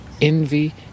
envy